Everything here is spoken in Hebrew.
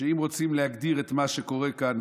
שאם רוצים להגדיר את מה שקורה כאן,